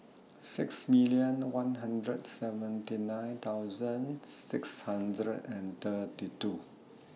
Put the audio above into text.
six million one hundred seventy nine thousand six hundred and thirty two